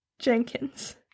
Jenkins